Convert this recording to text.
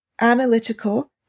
Analytical